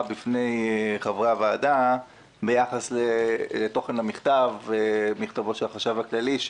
בפני חברי הוועדה ביחס לתוכן מכתבו של החשב הכללי,